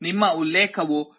ನಿಮ್ಮ ಉಲ್ಲೇಖವು 3